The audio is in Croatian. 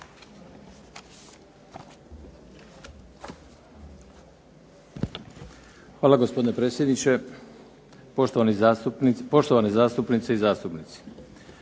Hvala gospodine predsjedniče, poštovane zastupnice i zastupnici.